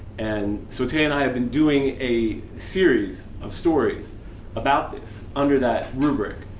and so, taya and i have been doing a series of stories about this, under that rubric,